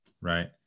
right